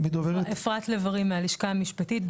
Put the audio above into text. אפרת לב ארי מהלשכה המשפטית,